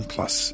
Plus